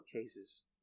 cases